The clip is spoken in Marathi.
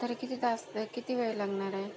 तरी किती तास किती वेळ लागणार आहे